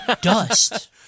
dust